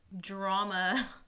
drama